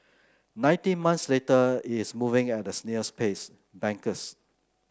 nineteen months later it's moving at a snail's pace bankers